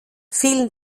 vielen